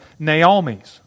Naomis